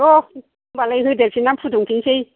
र' होनबालाय होदेरफिननानै फुदुंफिननोसै